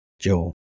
Joel